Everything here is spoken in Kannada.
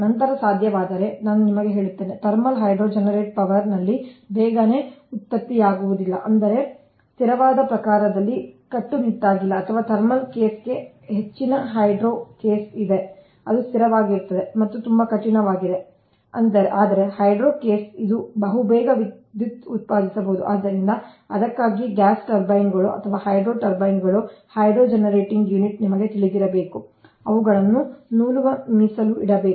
ನಂತರ ಸಾಧ್ಯವಾದರೆ ನಾನು ನಿಮಗೆ ಹೇಳುತ್ತೇನೆ ಥರ್ಮಲ್ ಹೈಡ್ರೋ ಜನರೇಟ್ ಪವರ್ನಲ್ಲಿ ಬೇಗನೆ ಉತ್ಪತ್ತಿಯಾಗುವುದಿಲ್ಲ ಅಂದರೆ ಸ್ಥಿರವಾದ ಪ್ರಕಾರದಲ್ಲಿ ಕಟ್ಟುನಿಟ್ಟಾಗಿಲ್ಲ ಅಥವಾ ಥರ್ಮಲ್ ಕೇಸ್ಗೆ ಹೆಚ್ಚಿನ ಹೈಡ್ರೋ ಕೇಸ್ ಇದೆ ಅದು ಸ್ಥಿರವಾಗಿರುತ್ತದೆ ಅದು ತುಂಬಾ ಕಠಿಣವಾಗಿದೆ ಆದರೆ ಹೈಡ್ರೋ ಕೇಸ್ ಇದು ಬಹುಬೇಗ ವಿದ್ಯುತ್ ಉತ್ಪಾದಿಸಬಹುದು ಆದ್ದರಿಂದ ಅದಕ್ಕಾಗಿಯೇ ಗ್ಯಾಸ್ ಟರ್ಬೈನ್ಗಳು ಅಥವಾ ಹೈಡ್ರೋ ಟರ್ಬೈನ್ಗಳು ಹೈಡ್ರೋ ಜನರೇಟಿಂಗ್ ಯುನಿಟ್ ನಿಮಗೆ ತಿಳಿದಿರಬೇಕು ಅವುಗಳನ್ನು ನೂಲುವ ಮೀಸಲು ಇಡಬೇಕು